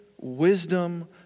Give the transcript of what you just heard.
wisdom